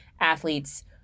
athletes